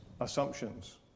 assumptions